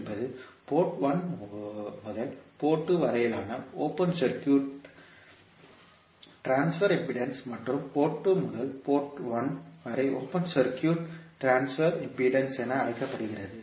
என்பது போர்ட் 1 முதல் போர்ட் 2 வரையிலான ஓபன் சர்க்யூட் ட்ரான்ஸ்பர் இம்பிடேன்ஸ் மற்றும் போர்ட் 2 முதல் போர்ட் 1 வரை ஓபன் சர்க்யூட் ட்ரான்ஸ்பர் இம்பிடேன்ஸ் என அழைக்கப்படுகிறது